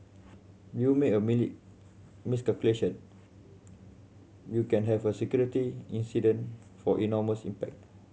you make a mini miscalculation you can have a security incident for enormous impact